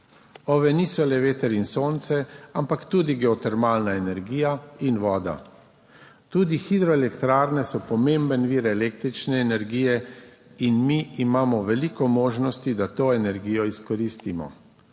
OVE niso le veter in sonce, ampak tudi geotermalna energija in voda. Tudi hidroelektrarne so pomemben vir električne energije in mi imamo veliko možnosti, da to energijo izkoristimo,